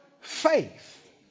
faith